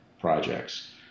projects